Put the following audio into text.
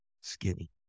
skinny